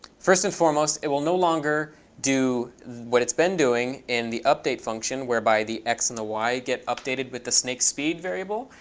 first and foremost, it will no longer do what it's been doing in the update function, whereby the x and the y get updated with the snake speed variable.